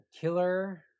killer